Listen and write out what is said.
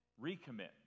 recommit